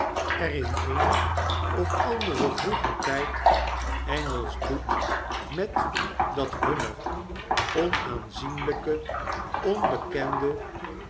er in geen ttitweg een of anderen vroeger tjjd engelsch bloed met dat hunner onaanzienlpe onbekende